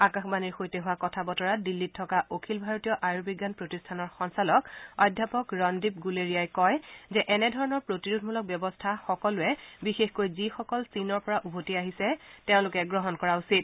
আকাশবাণীৰ সৈতে হোৱা কথা বতৰাত দিল্লীত থকা অখিল ভাৰতীয় আয়ুবিজ্ঞান প্ৰতিষ্ঠানৰ সঞ্চালক অধ্যাপক ৰণদ্বীপ গুলেৰিয়াই কয় যে এনে ধৰণৰ প্ৰতিৰোধমূলক ব্যৱস্থা সকলোৱে বিশেষকৈ যিসকল চীনৰ পৰা উভতি আহিছে তেওঁলোকে গ্ৰহণ কৰা উচিত